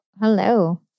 Hello